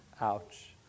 Ouch